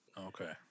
Okay